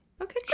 Okay